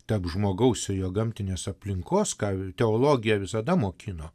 tarp žmogaus ir jo gamtinės aplinkos ką teologija visada mokino